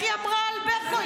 איך היא אמרה על זה פה?